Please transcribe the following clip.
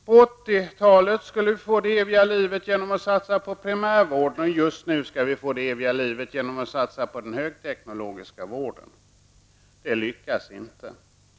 På 80-talet skulle vi få det eviga livet genom att satsa på primärvården och just nu skall vi få det eviga livet genom att satsa på den högteknologiska vården. Det lyckas inte.